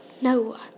No